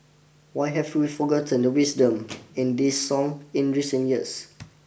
why have we forgotten the wisdom in this song in recent years